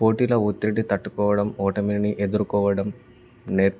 పోటీలో ఒత్తిడి తట్టుకోవడం ఓటమిని ఎదురుకోవడం నేర్పు